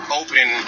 open